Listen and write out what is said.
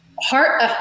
heart